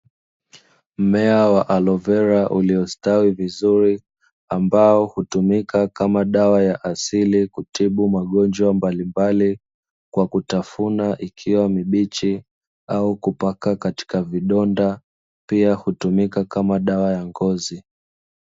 Mmea wa alovera uliostawi vizuri, ambao hutumika kama dawa ya asili kutibu magonjwa mbalimbali, kwa kutafuna ikiwa mibichi au kupaka katika vidonda, pia hutumika kama dawa ya ngozi.